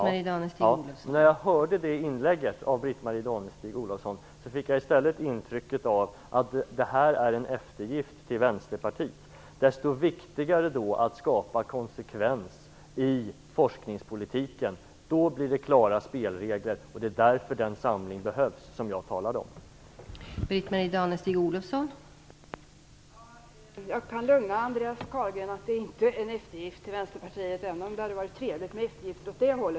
Men när jag nu hörde det här inlägget av Britt Marie Danestig-Olofsson fick jag i stället intrycket att det här är en eftergift till Vänsterpartiet. Det är då desto viktigare att skapa konsekvens i forskningspolitiken. Då blir det klara spelregler, och det är därför den samling som jag talade om behövs.